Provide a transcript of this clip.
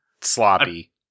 sloppy